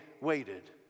waited